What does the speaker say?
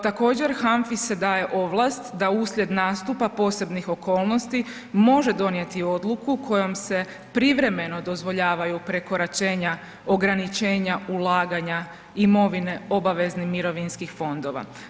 Također HANFI se daje ovlast da uslijed nastupa posebnih okolnosti može donijeti odluku kojom se privremeno dozvoljavaju prekoračenja ograničenja ulaganja imovine obaveznih mirovinskih fondova.